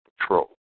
patrol